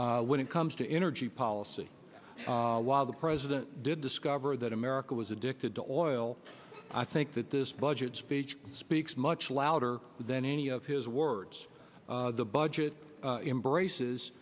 when it comes to energy policy while the president did discover that america was addicted to oil i think that this budget speech speaks much louder than any of his words the budget embraces